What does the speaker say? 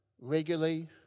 regularly